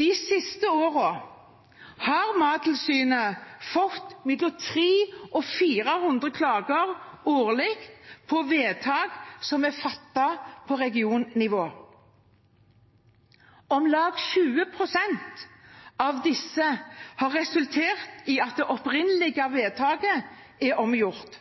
De siste årene har Mattilsynet fått mellom 300 og 400 klager årlig på vedtak som er fattet på regionnivå. Om lag 20 pst. av disse har resultert i at det opprinnelige vedtaket